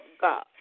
God